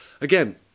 again